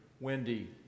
Wendy